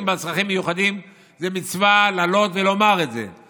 בעלי צרכים מיוחדים זה מצווה לעלות ולומר את זה.